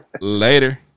Later